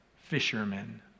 fishermen